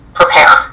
prepare